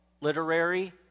literary